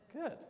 good